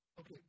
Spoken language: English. Okay